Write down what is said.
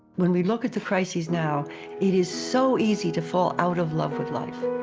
when we look at the crisis now it is so easy to fall out of love with life.